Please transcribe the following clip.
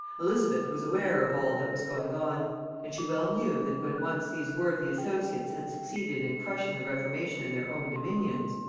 elizabeth was aware of all that was going on and she well knew that when once these worthy associates had succeeded in crushing the reformation in their own dominions,